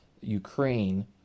ukraine